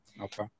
Okay